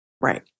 Right